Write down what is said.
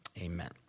amen